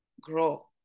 grow